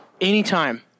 anytime